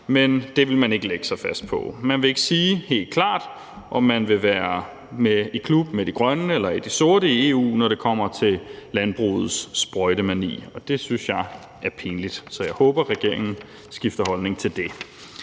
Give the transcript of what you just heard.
men det ville man ikke lægge sig fast på. Man vil ikke sige helt klart, om man vil være i klub med de grønne eller med de sorte i EU, når det kommer til landbrugets sprøjtemani – og det synes jeg er pinligt. Så jeg håber, at regeringen skifter holdning til det.